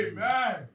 Amen